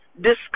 discuss